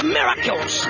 Miracles